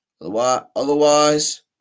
Otherwise